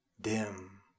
dim